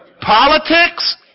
politics